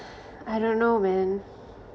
I don't know man